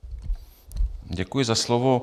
Děkuji za slovo.